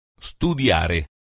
Studiare